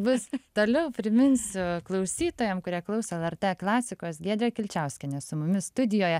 vis toliau priminsiu klausytojam kurie klauso lrt klasikos giedrė kilčiauskienė su mumis studijoje